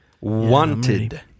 Wanted